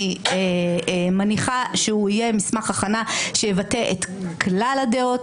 אני מניחה שהוא יהיה מסמך הכנה שיבטא את כלל הדעות,